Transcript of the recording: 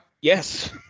Yes